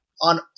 on